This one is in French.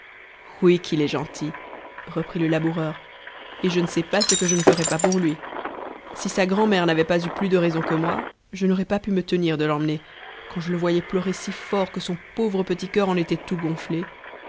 qu'il est gentil reprit le laboureur et je ne sais pas ce que je ne ferais pas pour lui si sa grand'mère n'avait pas eu plus de raison que moi je n'aurais pas pu me tenir de l'emmener quand je le voyais pleurer si fort que son pauvre petit cur en était tout gonflé